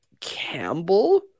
Campbell